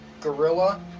gorilla